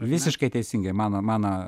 visiškai teisingai mano mano